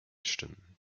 stimmen